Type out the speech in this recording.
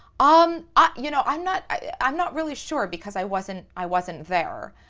um ah you know, i'm not i'm not really sure because i wasn't, i wasn't there.